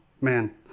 man